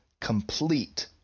complete